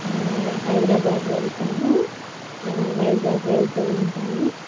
హైదరాబాద్ వెళ్తాను వైజాగ్ వెళ్తూ ఉంటాను